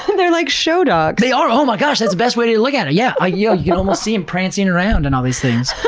and they're like show dogs. they are! oh my gosh, that's the best way to look at it, yeah! ah yeah you can almost see em prancing around and all these things.